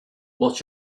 what